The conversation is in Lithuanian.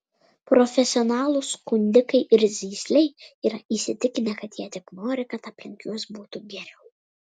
profesionalūs skundikai ir zyzliai yra įsitikinę kad jie tik nori kad aplink juos būtų geriau